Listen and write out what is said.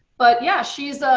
but yeah, she's,